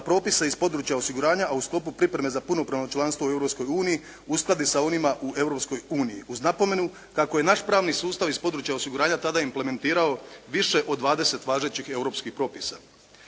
propise iz područja osiguranja, a u sklopu pripreme za punopravno članstvo u Europskoj uniji uskladi sa onima u Europskoj uniji, uz napomenu kako je naš pravni sustav iz područja osiguranja tada implementirao više od 20 važećih europskih propisa.